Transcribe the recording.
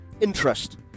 interest